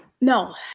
No